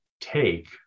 take